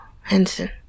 Henson